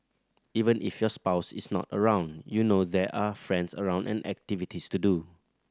even if your spouse is not around you know there are friends around and activities to do